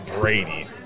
Brady